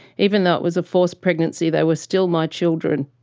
even though it was a forced pregnancy, they were still my children.